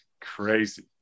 crazy